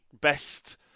best